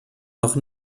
noch